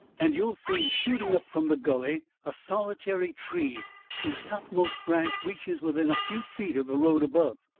and you will see shooting up from the gully a solitary tree whose topmost branch reaches within a few feet of the road above.